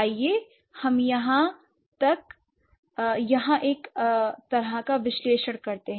आइए हम यहाँ एक तरह का विश्लेषण करते हैं